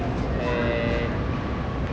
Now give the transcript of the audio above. and